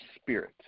spirit